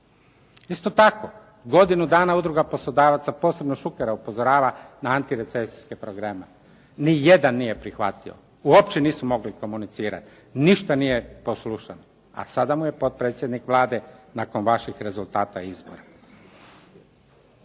Isto tako, godinu dana Udruga poslodavaca posebno Šukera upozorava na antirecesijske programe. Nijedan nije prihvatio, uopće nisu mogli komunicirati, ništa nije poslušao. A sada mu je potpredsjednik Vlade nakon vaših rezultata izbora.